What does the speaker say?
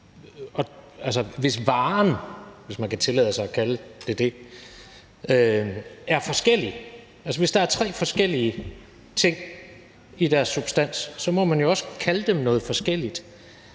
er. Hvis varen – hvis man kan tillade sig at kalde det det – er forskellig, altså hvis der er tre forskellige ting i deres substans, må man jo også kalde dem noget forskelligt.